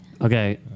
Okay